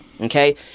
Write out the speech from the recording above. okay